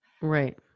Right